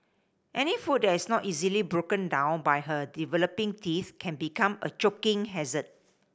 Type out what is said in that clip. any food that is not easily broken down by her developing teeth can become a choking hazard